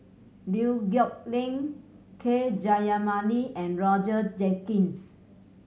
Liew Geok Leong K Jayamani and Roger Jenkins